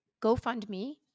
GoFundMe